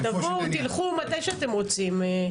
תבואו, תלכו, מתי שאתם רוצים.